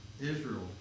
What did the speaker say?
Israel